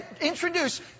introduce